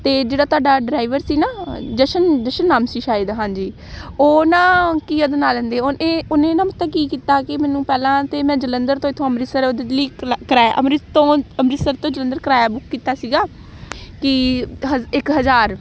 ਤਾਂ ਜਿਹੜਾ ਤੁਹਾਡਾ ਡਰਾਈਵਰ ਸੀ ਨਾ ਜਸ਼ਨ ਜਸ਼ਨ ਨਾਮ ਸੀ ਸ਼ਾਇਦ ਹਾਂਜੀ ਉਹ ਨਾ ਕੀ ਇਹਦੇ ਨਾਂ ਲੈਂਦੇ ਉਹ ਨੇ ਉਹਨੇ ਨਾ ਪਤਾ ਕੀ ਕੀਤਾ ਕਿ ਮੈਨੂੰ ਪਹਿਲਾਂ ਤਾਂ ਮੈਂ ਜਲੰਧਰ ਤੋਂ ਇੱਥੋਂ ਅੰਮ੍ਰਿਤਸਰ ਦਿੱਲੀ ਕਲਾ ਕਿਰਾਇਆ ਅੰਮ੍ਰਿਤ ਤੋਂ ਅੰਮ੍ਰਿਤਸਰ ਤੋਂ ਜਲੰਧਰ ਕਿਰਾਇਆ ਬੁੱਕ ਕੀਤਾ ਸੀਗਾ ਕਿ ਹਜ਼ ਇੱਕ ਹਜ਼ਾਰ